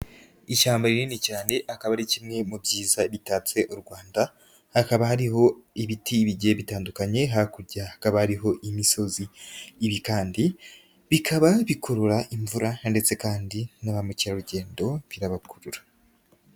Ishyamba rinini cyane akaba ari kimwe mu byiza bitatse u Rwanda, hakaba hariho ibiti bigiye bitandukanye hakurya hakaba hariho imisozi, ibi kandi bikaba bikurura imvura ndetse kandi na ba mukerarugendo birabakurura.